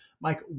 Mike